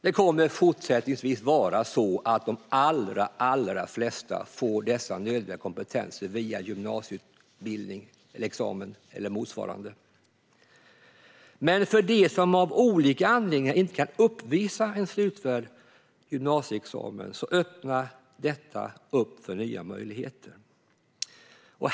Det kommer fortsättningsvis att vara så att de allra flesta får dessa nödvändiga kompetenser via en gymnasieexamen eller motsvarande, men för dem som av olika anledningar inte kan uppvisa en slutförd gymnasieexamen öppnar detta nya möjligheter.